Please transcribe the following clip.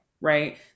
right